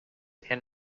and